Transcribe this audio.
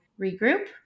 regroup